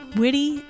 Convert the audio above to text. witty